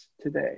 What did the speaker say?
today